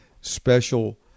special